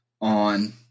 on